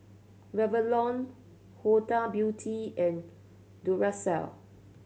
Revlon Huda Beauty and Duracell